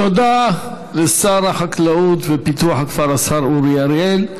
תודה, לשר החקלאות ופיתוח הכפר, השר אורי אריאל.